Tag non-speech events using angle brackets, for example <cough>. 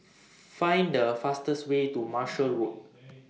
<noise> Find The fastest Way to Marshall Road <noise>